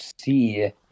see